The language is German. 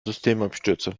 systemabstürze